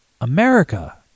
America